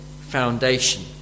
foundation